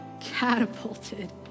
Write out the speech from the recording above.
catapulted